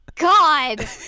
God